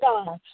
God